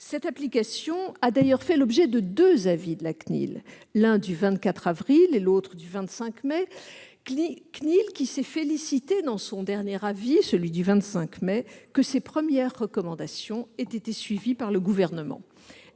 Cette application a d'ailleurs fait l'objet de deux avis de la CNIL : l'un du 24 avril et l'autre du 25 mai. La CNIL s'est félicitée dans son dernier avis que ses premières recommandations aient été suivies par le Gouvernement.